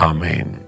Amen